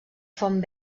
font